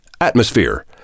Atmosphere